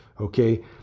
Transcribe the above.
Okay